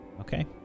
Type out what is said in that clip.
Okay